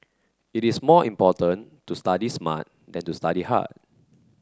it is more important to study smart than to study hard